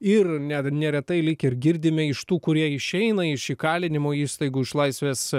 ir net neretai lyg ir girdime iš tų kurie išeina iš įkalinimo įstaigų iš laisvės